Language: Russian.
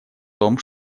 том